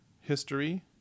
History